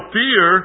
fear